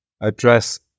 address